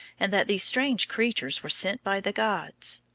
and that these strange creatures were sent by the gods.